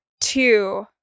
two